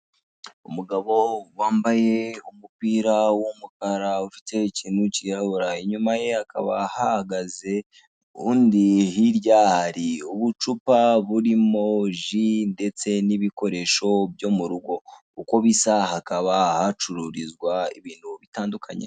Umugabo wambaye umupira w'umukara ufite ikintu kirabura, inyuma ye hakaba hahagaze indi, hirya hari ubucupa burimo ji ndetse n'ibikoresho byo mu rugo uko bisa hakaba hacururizwa ibintu bitandukanye.